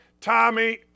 Tommy